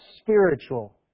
spiritual